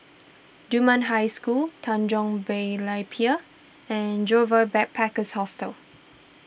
Dunman High School Tanjong Berlayer Pier and Joyfor Backpackers' Hostel